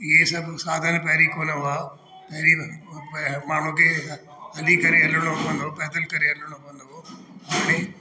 इए सब साधन पहिरीं कोनि हुआ पहिरीं माण्हू खे हली करे हलिणो पवंदो पैदल करे हलिणो पवंदो हाणे